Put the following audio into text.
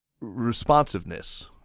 responsiveness